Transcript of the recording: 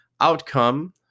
outcome